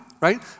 Right